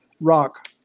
Rock